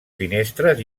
finestres